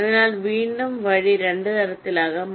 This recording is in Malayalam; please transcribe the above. അതിനാൽ വീണ്ടും വഴി 2 തരത്തിലാകാം